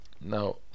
now